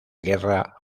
guerra